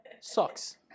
Socks